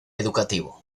educativo